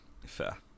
Fair